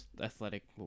athletic